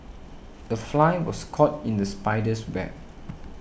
the fly was caught in the spider's web